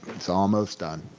it's almost done.